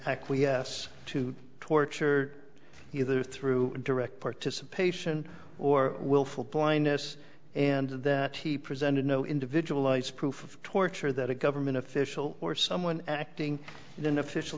acquiesce to torture either through direct participation or willful blindness and that he presented no individual lights proof of torture that a government official or someone acting in an official